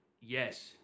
yes